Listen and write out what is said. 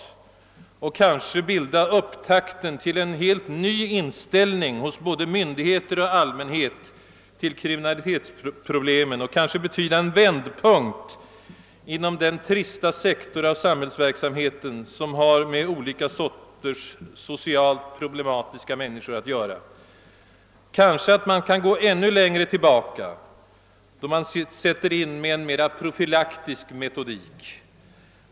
Förslagets energiska realiserande kunde kanske bilda upptakten till en helt ny inställning hos både myndigheter och allmänhet till kriminalitetsproblemen och kanhända betyda en vändpunkt inom den trista sektor av samhällsverksamheten, som har med olika sorters socialt problematiska människor att göra. Kanske kan man gå ännu längre tillbaka, då man sätter in med en mera profylaktisk metodik.